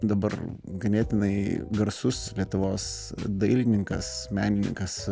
dabar ganėtinai garsus lietuvos dailininkas menininkas